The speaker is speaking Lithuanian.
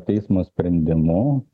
teismo sprendimu